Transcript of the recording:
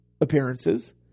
appearances